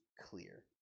clear